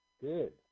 Good